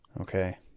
okay